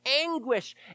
anguish